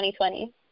2020